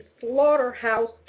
slaughterhouse